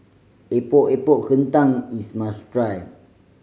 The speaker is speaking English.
Epok Epok Kentang is must try